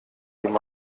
dem